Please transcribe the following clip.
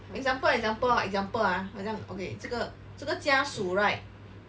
example example ah example ah 好像 okay 这个这个家素 right